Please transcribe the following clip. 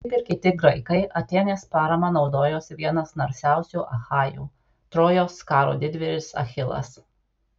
kaip ir kiti graikai atėnės parama naudojosi vienas narsiausių achajų trojos karo didvyris achilas